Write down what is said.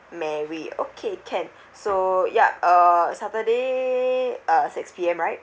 mary okay can so yup uh saturday uh six P_M right